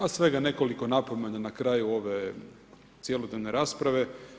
A svega nekoliko napomena na kraju ove cjelodnevne rasprave.